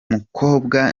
mukobwa